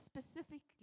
specifically